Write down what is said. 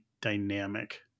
dynamic